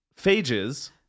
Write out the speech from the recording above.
phages